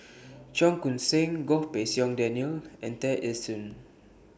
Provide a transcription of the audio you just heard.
Cheong Koon Seng Goh Pei Siong Daniel and Tear Ee Soon